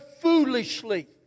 foolishly